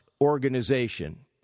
organization